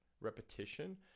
repetition